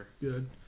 good